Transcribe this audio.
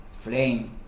flame